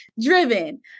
driven